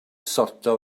sortio